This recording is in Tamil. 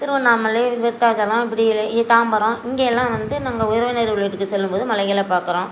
திருவண்ணாமலை விருத்தாச்சலம் இப்படி ரே இ தாம்பரம் இங்கே எல்லாம் வந்து நாங்கள் உறவினர்கள் வீட்டுக்கு செல்லும்போது மலைகளை பார்க்கறோம்